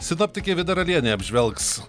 sinoptikė vida ralienė apžvelgs